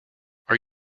are